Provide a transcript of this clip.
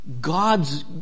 God's